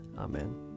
Amen